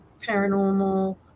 paranormal